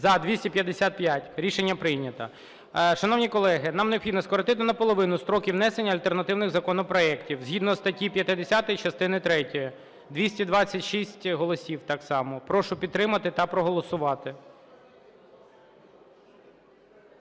За-255 Рішення прийнято. Шановні колеги, нам необхідно скоротити наполовину строки внесення альтернативних законопроектів згідно статті 50 частини третьої, 226 голосів так само. Прошу підтримати та проголосувати.